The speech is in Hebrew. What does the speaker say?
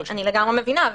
אני לגמרי מבינה,